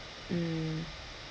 mm